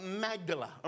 Magdala